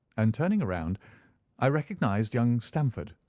and turning round i recognized young stamford,